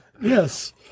Yes